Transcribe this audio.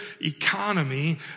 economy